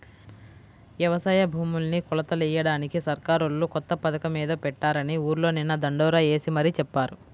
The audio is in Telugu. యవసాయ భూముల్ని కొలతలెయ్యడానికి సర్కారోళ్ళు కొత్త పథకమేదో పెట్టారని ఊర్లో నిన్న దండోరా యేసి మరీ చెప్పారు